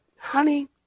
Honey